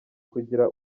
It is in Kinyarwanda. kugira